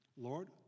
Lord